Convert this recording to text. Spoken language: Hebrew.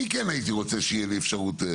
אני כן הייתי רוצה שתהיה לי אפשרות.